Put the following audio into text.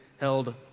held